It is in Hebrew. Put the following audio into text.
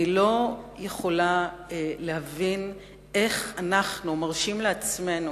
אני לא יכולה להבין איך אנחנו מרשים לעצמנו,